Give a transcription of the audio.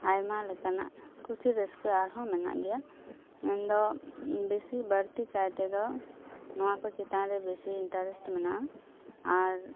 ᱟᱭᱢᱟ ᱞᱮᱠᱟᱱᱟᱜ ᱠᱩᱥᱤ ᱨᱟᱹᱥᱠᱟᱹ ᱟᱨᱦᱚᱸ ᱢᱮᱱᱟᱜ ᱜᱮᱭᱟ ᱢᱮᱱᱫᱚ ᱵᱮᱥᱤ ᱵᱟᱹᱲᱛᱤ ᱠᱟᱭᱛᱮᱫᱚ ᱱᱚᱣᱟ ᱠᱚ ᱪᱮᱛᱟᱱ ᱨᱮ ᱵᱮᱥᱤ ᱤᱱᱴᱟᱨᱮᱥᱴ ᱢᱮᱱᱟᱜᱼᱟ ᱟᱨ